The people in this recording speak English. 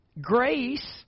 grace